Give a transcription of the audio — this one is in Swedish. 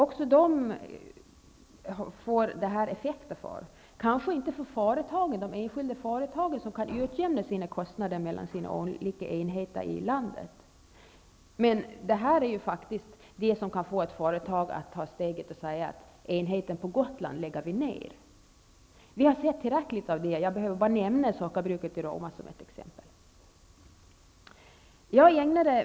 Detta får effekter även för dem. De enskilda företagen kan förvisso utjämna kostnaderna mellan de olika enheterna i landet. Men däremot kan detta få ett företag att ta steget och säga att enheten på Gotland skall läggas ner. Vi har sett tillräckligt av det. Jag behöver bara nämna sockerbruket i Roma som ett exempel. Fru talman!